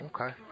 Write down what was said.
okay